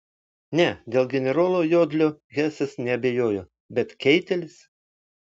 ne dėl generolo jodlio hesas neabejojo bet keitelis